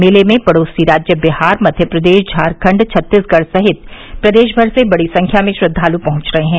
मेले में पड़ोसी राज्य बिहार मध्यप्रदेश झारखण्ड छत्तीसगढ़ सहित प्रदेश भर से बड़ी संख्या में श्रद्वाल पहच रहे हैं